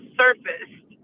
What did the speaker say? surfaced